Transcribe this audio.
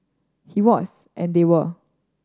he was and they were